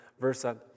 versa